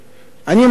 אני מציע,